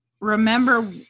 remember